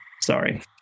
Sorry